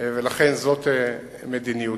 ולכן זאת מדיניותי.